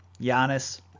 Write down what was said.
Giannis